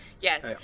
Yes